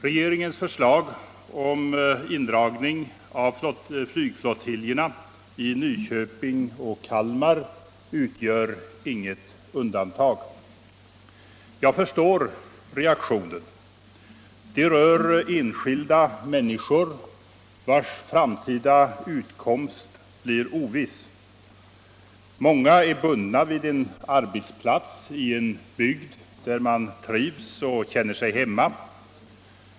Regeringens förslag om indragning av flygflottiljerna i Nyköping och Kalmar utgör inget undantag. Jag förstår reaktionen. Indragningarna rör enskilda människor vilkas framtida utkomst blir oviss. Många är bundna vid en arbetsplats i en bygd där man trivs och känner sig hemma.